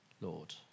Lord